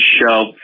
show